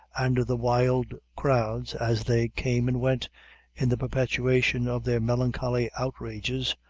and the wild crowds as they came and went in the perpetration of their melancholy outrages,